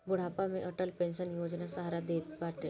बुढ़ापा में अटल पेंशन योजना सहारा देत बाटे